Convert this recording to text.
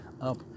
up